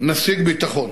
שנשיג ביטחון.